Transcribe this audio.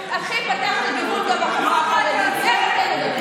הלכו לבחירות על זה שאתם כשלתם.